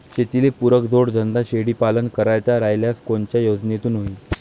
शेतीले पुरक जोडधंदा शेळीपालन करायचा राह्यल्यास कोनच्या योजनेतून होईन?